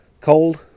Cold